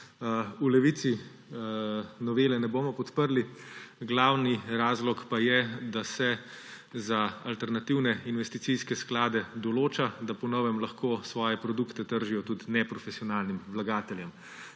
V Levici novele ne bomo podprli. Glavni razlog pa je, da se za alternativne investicijske sklade določa, da po novem lahko svoje produkte tržijo tudi neprofesionalnim vlagateljem.